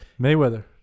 Mayweather